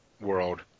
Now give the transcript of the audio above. world